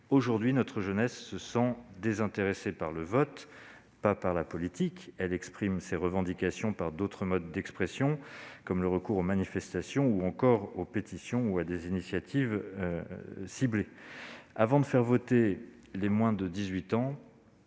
Aujourd'hui, notre jeunesse se sent désintéressée par le vote, non par la politique. Elle exprime ses revendications par le recours à d'autres modes d'expression, comme les manifestations, les pétitions ou des initiatives ciblées. Avant de faire voter les moins de 18 ans,